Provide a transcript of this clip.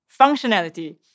functionality